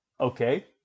Okay